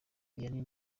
vianney